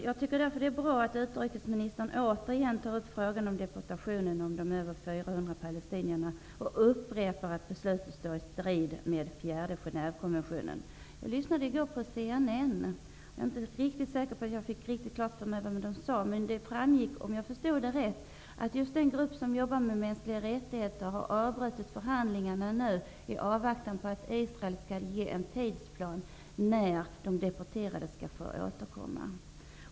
Jag tycker därför att det är bra att utrikesministern återigen tar upp frågan om deportationen av de över 400 palestinierna och upprepar att beslutet står i strid med den fjärde Genève-konventionen. Jag lyssnade i går på CNN. Jag är inte säker på att jag riktigt fick klart för mig vad som sades, men det framgick, om jag förstod det rätt, att just den grupp som arbetar med mänskliga rättigheter nu har avbrutit förhandlingarna i avvaktan på att Israel skall lägga fram en tidsplan för när de deporterade skall få återkomma.